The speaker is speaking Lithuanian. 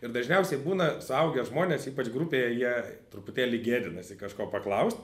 ir dažniausiai būna suaugę žmonės ypač grupėje jei truputėlį gėdinasi kažko paklaust